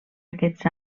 aquests